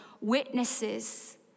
witnesses